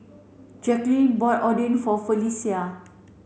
Jackeline bought Oden for Felecia